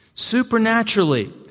supernaturally